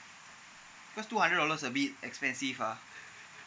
cause two hundred dollars a bit expensive ah